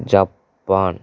Japan